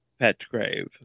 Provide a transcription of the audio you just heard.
Petgrave